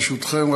ברשותכם,